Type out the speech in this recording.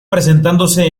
presentándose